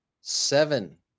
seven